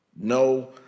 No